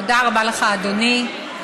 תודה רבה לך, אדוני.